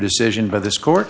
decision by this court